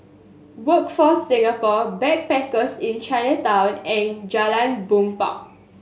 Workforce Singapore Backpackers Inn Chinatown and Jalan Bumbong